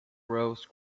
rose